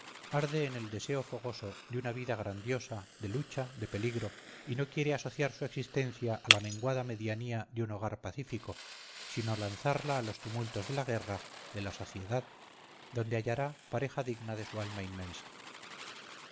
arde en el deseo fogoso de una vida grandiosa de lucha de peligro y no quiere asociar su existencia a la menguada medianía de un hogar pacífico sino lanzarla a los tumultos de la guerra de la sociedad donde hallará pareja digna de su alma inmensa